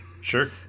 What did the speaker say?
Sure